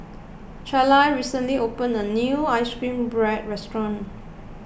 Charla recently opened a new Ice Cream Bread restaurant